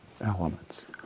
elements